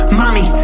mommy